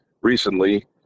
recently